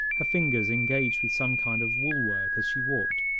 her fingers engaged with some kind of wool-work as she walked,